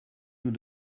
nous